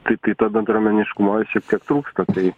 tai tai to bendruomeniškumo šiek tiek trūksta tai